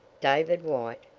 david white,